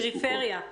לפריפריה.